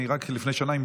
רק לפני שנה,